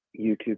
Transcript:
YouTube